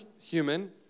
human